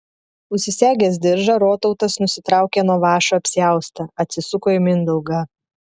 užsisegęs diržą rotautas nusitraukė nuo vąšo apsiaustą atsisuko į mindaugą